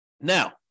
Now